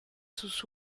sus